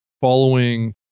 following